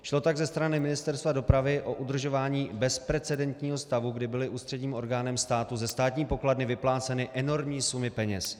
Šlo tak ze strany Ministerstva dopravy o udržování bezprecedentního stavu, kdy byly ústředním orgánem státu ze státní pokladny vypláceny enormní sumy peněz.